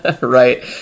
Right